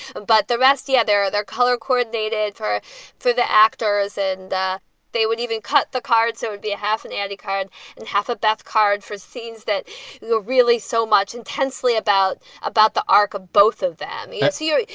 but the rest, yeah, there are their color coordinated for for the actors. and they would even cut the card. so would be a half an andy card and half a bath card for scenes that were really so much intensely about, about the arc of both of them yeah so here.